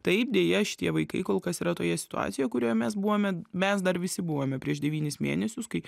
taip deja šitie vaikai kol kas yra toje situacijoje kurioje mes buvome mes dar visi buvome prieš devynis mėnesius kai